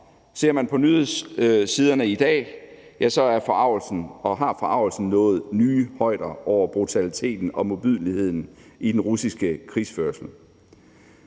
Ser man på nyhedssiderne i dag, ser man, at forargelsen over brutaliteten og modbydeligheden i den russiske krigsførsel